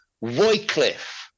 Wycliffe